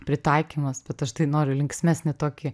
pritaikymas bet aš tai noriu linksmesnį tokį